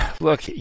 look